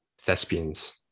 thespians